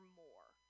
more